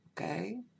Okay